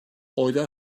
oylar